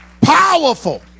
Powerful